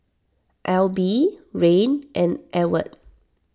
Alby Rayne and Ewart